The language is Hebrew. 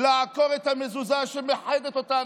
לעקור את המזוזה שמאחדת אותנו,